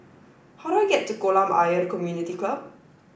how do I get to Kolam Ayer Community Club